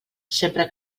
sempre